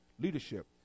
leadership